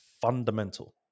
fundamental